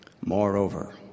Moreover